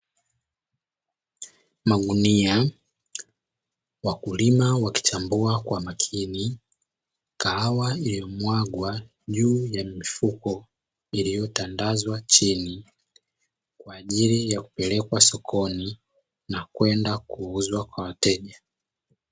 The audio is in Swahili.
Magunia, wakulima wakichambua kwa makini kahawa iliyomwagwa juu ya mifuko iliyotandazwa chini kwa ajili ya kupelekwa sokoni na kwenda kuuzwa kwa wateja.